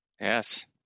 Yes